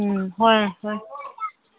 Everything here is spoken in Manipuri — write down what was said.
ꯎꯝ ꯍꯣꯏ ꯍꯣꯏ